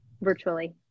virtually